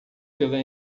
pela